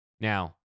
Now